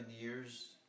years